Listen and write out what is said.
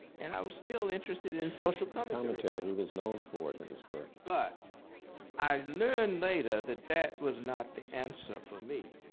and i was still interested in social commentary. he was known for and his work. but i learned later that that was not the answer for me,